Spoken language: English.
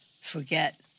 forget